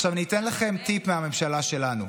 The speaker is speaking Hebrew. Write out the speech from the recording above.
עכשיו, אני אתן לכם טיפ מהממשלה שלנו: